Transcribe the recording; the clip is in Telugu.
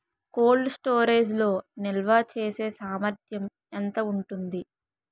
కోల్డ్ స్టోరేజ్ లో నిల్వచేసేసామర్థ్యం ఎంత ఉంటుంది?